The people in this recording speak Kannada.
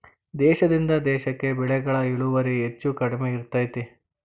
ದೇಶದಿಂದ ದೇಶಕ್ಕೆ ಬೆಳೆಗಳ ಇಳುವರಿ ಹೆಚ್ಚು ಕಡಿಮೆ ಇರ್ತೈತಿ